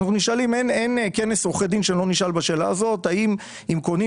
אין כנס עורכי דין שלא שואלים אם כשקונים